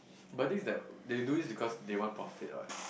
but the thing is that they do this because they want profit what